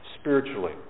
spiritually